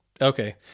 Okay